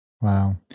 Wow